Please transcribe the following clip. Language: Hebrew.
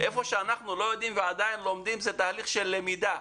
במה שאנחנו לא יודעים ועדיין לומדים זה תהליך של למידה.